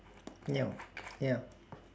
ya ya